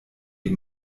die